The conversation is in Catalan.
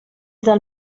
del